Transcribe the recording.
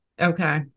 Okay